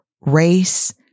race